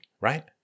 Right